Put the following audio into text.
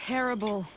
Terrible